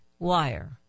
Wire